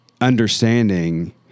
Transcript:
understanding